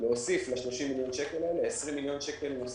להוסיף ל-30 מיליון השקלים האלה 20 מיליון שקל נוספים.